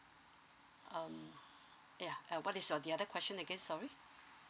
um ya and what is your the other question again sorry